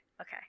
Okay